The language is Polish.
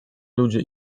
ludzie